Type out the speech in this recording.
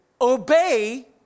obey